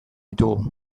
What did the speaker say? ditugu